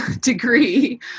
degree